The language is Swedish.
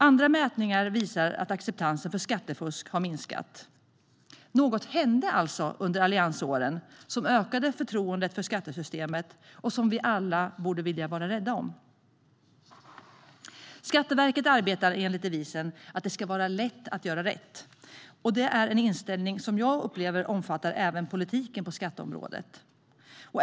Andra mätningar visar att acceptansen för skattefusk har minskat. Något hände alltså under åren med Alliansen som ökade förtroendet för skattesystemet och som vi alla borde vilja vara rädda om. Skatteverket arbetar enligt devisen att det ska vara lätt att göra rätt. Det är en inställning som jag upplever omfattar även politiken på skatteområdet.